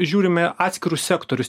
žiūrime atskirus sektorius